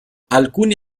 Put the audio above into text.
alcuni